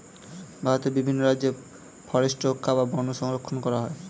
ভারতের বিভিন্ন রাজ্যে ফরেস্ট রক্ষা বা বন সংরক্ষণ করা হয়